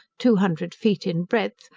two hundred feet in breadth,